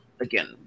Again